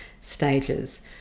stages